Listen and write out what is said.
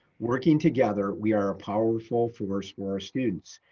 working together, we are a powerful force for our students.